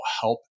help